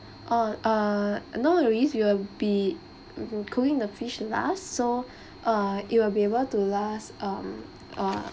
oh uh no worries we will be cooking the fish last so uh it will be able to last um uh